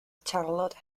charlotte